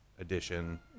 edition